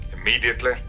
Immediately